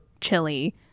chili